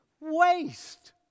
Waste